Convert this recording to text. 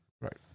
Right